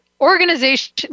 organization